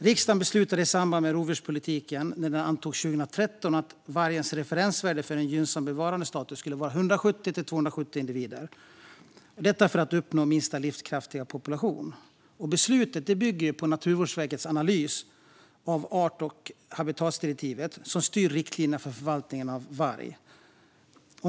Riksdagen beslutade i samband med att rovdjurspolitiken antogs 2013 att vargens referensvärde för gynnsam bevarandestatus ska vara 170-270 individer för att uppnå minsta livskraftiga population. Beslutet byggde på Naturvårdsverkets analys av art och habitatdirektivet, som styr riktlinjerna för förvaltningen av varg.